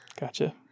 Gotcha